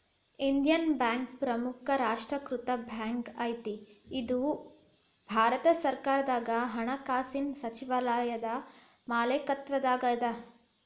Indian Bank ಪ್ರಮುಖ ರಾಷ್ಟ್ರೇಕೃತ bank ಐತಿ ಇದು ಭಾರತ ಸರ್ಕಾರದ ಹಣಕಾಸಿನ್ ಸಚಿವಾಲಯದ ಮಾಲೇಕತ್ವದಾಗದ